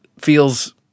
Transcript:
feels